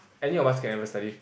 any of us can ever study